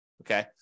Okay